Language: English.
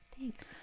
Thanks